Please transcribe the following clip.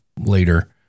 later